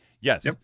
Yes